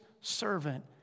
servant